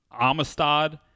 Amistad